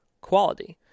quality